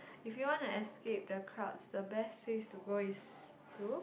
if you wanna escape the crowds the best place to go is to